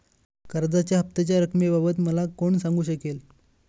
कर्जाच्या हफ्त्याच्या रक्कमेबाबत मला कोण सांगू शकेल?